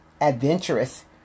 adventurous